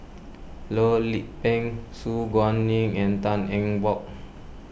Loh Lik Peng Su Guaning and Tan Eng Bock